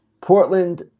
Portland